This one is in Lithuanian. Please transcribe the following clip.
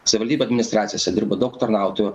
savivaldybių administracijose dirba daug tarnautojų